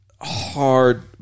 hard